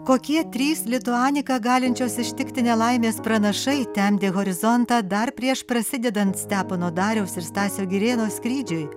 kokie trys lituanika galinčios ištikti nelaimės pranašai temdė horizontą dar prieš prasidedant stepono dariaus ir stasio girėno skrydžiui